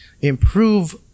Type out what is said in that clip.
improve